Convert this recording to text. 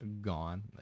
gone